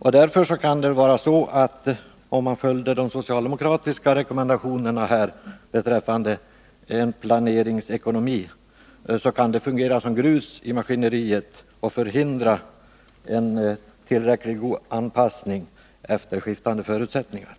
visar detta. Därför kan det vara så, att om man följer de socialdemokratiska rekommendationerna beträffande en planeringsekonomi kan detta fungera som grus i maskineriet och förhindra tillräckligt god anpassning till skiftande förutsättningar.